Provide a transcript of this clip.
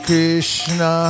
Krishna